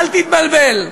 אל תתבלבל.